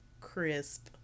crisp